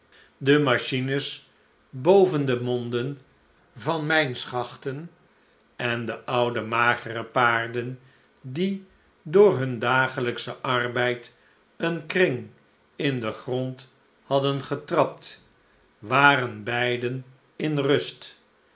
de machines boven de monden van mijn schachten en de oude magere paarden die door hun dagelijkschen arbeid een kring in den grond hadden getrapt waren beiden in rust